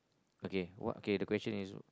okay what okay the question is